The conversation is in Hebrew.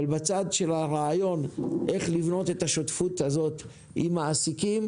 אבל בצד של הרעיון איך לבנות את השותפות הזאת עם מעסיקים,